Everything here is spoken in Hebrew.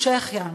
צ'כיה,